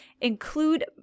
include